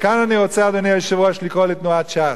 כאן אני רוצה, אדוני היושב-ראש, לקרוא לתנועת ש"ס.